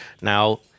Now